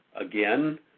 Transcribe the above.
again